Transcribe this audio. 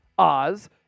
Oz